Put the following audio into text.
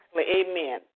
Amen